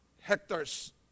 hectares